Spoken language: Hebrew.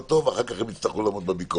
טוב ואחר כך הם יצטרכו לעמוד בביקורת.